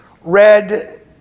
read